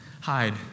Hide